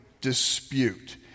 dispute